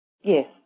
Yes